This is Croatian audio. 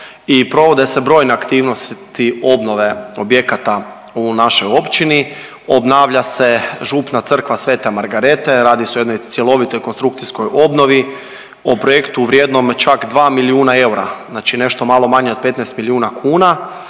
i provode se brojne aktivnosti obnove objekata u našoj općini. Obnavlja se Župna crkva Svete Margarete, radi se o jednoj cjelovitoj konstrukcijskoj obnovi, o projektu vrijednom čak 2 milijuna eura, znači nešto malo manje od 15 milijuna kuna